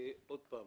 אנחנו